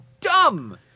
dumb